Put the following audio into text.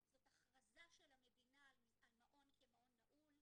זו הכרזה של המדינה על מעון כמעון נעול.